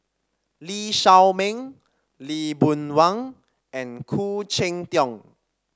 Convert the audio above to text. Lee Shao Meng Lee Boon Wang and Khoo Cheng Tiong